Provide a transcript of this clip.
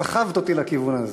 סחבת אותי לכיוון הזה.